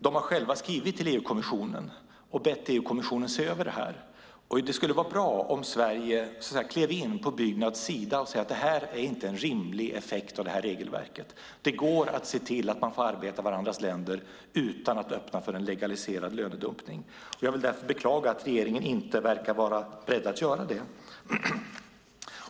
De har själva skrivit till EU-kommissionen och bett EU-kommissionen se över detta. Det skulle vara bra som Sverige klev in på Byggnads sida och säger: Det här är inte en rimlig effekt av regelverket. Det går att arbeta i varandras länder utan att öppna för en legaliserad lönedumpning. Jag beklagar att regeringen inte verkar vara beredd att göra det.